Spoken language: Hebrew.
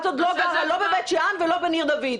את עוד לא גרה לא בבית שאן ולא בניר דוד.